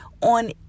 on